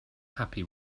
happy